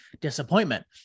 disappointment